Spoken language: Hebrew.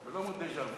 אנו מציינים